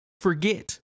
forget